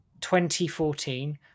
2014